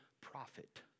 prophet